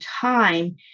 time